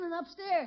upstairs